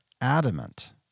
adamant